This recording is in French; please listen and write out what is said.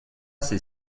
c’est